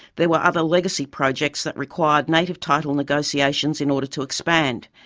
there were other legacy projects that required native title negotiations in order to expand.